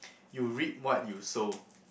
you reap what you sow